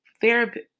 therapy